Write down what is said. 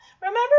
Remember